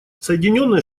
соединенные